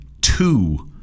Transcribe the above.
two